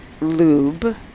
lube